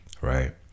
right